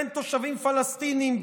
בין תושבים פלסטינים,